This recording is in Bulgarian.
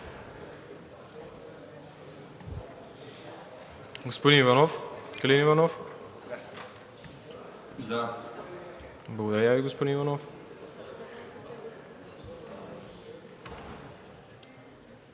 Благодаря Ви, господин Ангов.